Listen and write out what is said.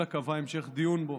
אלא קבעה המשך דיון בו